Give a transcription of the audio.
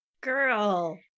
Girl